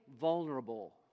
vulnerable